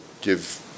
give